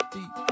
Deep